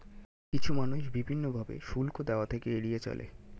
কিছু মানুষ বিভিন্ন ভাবে শুল্ক দেওয়া থেকে এড়িয়ে চলে